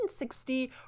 1960